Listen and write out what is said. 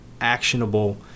actionable